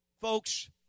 folks